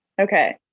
Okay